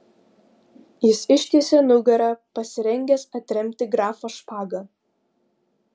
jis ištiesė nugarą pasirengęs atremti grafo špagą